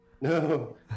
no